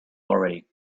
already